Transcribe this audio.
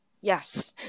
yes